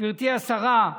גברתי השרה,